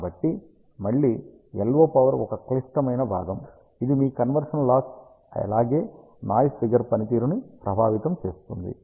కాబట్టి మళ్ళీ LO power ఒక క్లిష్టమైన భాగం ఇది మీ కన్వర్షన్ లాస్ అలాగే నాయిస్ ఫిగర్ పనితీరును ప్రభావితం చేస్తుంది